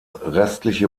restliche